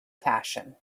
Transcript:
passion